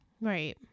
Right